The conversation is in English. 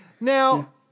Now